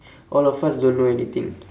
all of us don't know anything